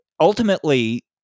Ultimately